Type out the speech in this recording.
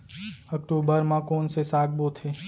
अक्टूबर मा कोन से साग बोथे?